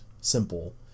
simple